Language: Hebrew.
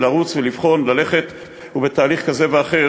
לרוץ, ולבחון, ללכת, ובתהליך כזה ואחר